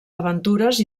aventures